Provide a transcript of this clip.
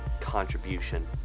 contribution